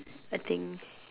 I think